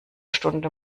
stunde